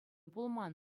пулман